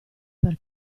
per